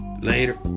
Later